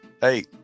Hey